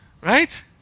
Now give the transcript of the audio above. Right